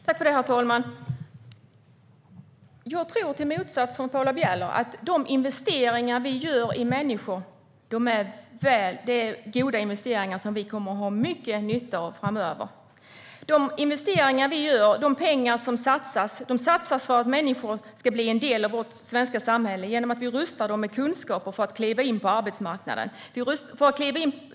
Herr talman! Jag tror, i motsats till Paula Bieler, att de investeringar vi gör i människor är goda investeringar som vi kommer att ha mycket nytta av framöver. Vi gör investeringar och satsar pengar för att människor ska bli en del av vårt svenska samhälle genom att vi rustar dem med kunskaper för att kliva in på arbetsmarknaden.